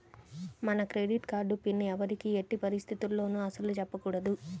మన credit card pin ఎవ్వరికీ ఎట్టి పరిస్థితుల్లోనూ అస్సలు చెప్పకూడదు